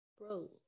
Bro